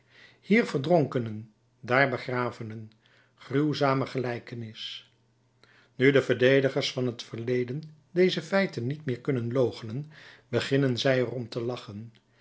hier verdronkenen daar begravenen gruwzame gelijkenis nu de verdedigers van het verleden deze feiten niet meer kunnen loochenen beginnen zij er om te lachen